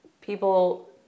people